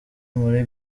muri